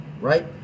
right